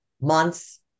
months